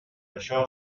això